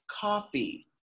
coffee